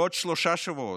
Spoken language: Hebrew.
בעוד שלושה שבועות,